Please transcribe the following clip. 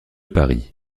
paris